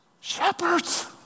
Shepherds